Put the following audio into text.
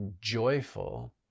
joyful